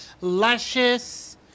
luscious